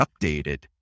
updated